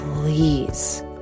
Please